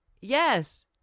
Yes